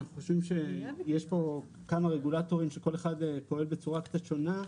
אנחנו חושבים שיש כאן כמה רגולטורים שכל אחד פועל בצורה קצת שונה,